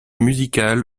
musicale